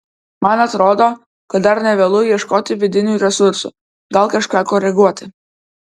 man atrodo kad dar ne vėlu ieškoti vidinių resursų gal kažką koreguoti